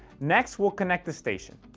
next, we'll connect the station.